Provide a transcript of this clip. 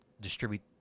distribute